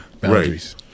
Boundaries